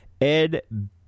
Ed